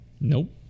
Nope